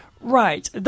Right